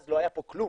אז לא היה פה כלום,